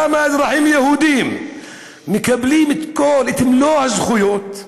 למה אזרחים יהודים מקבלים את מלוא הזכויות,